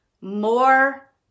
more